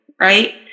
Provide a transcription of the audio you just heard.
right